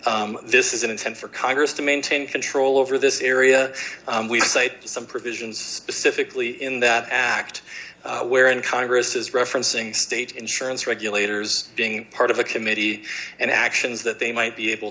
that this is an attempt for congress to maintain control over this area we cite some provisions specifically in that act where in congress is referencing state insurance regulators being part of a committee and actions that they might be able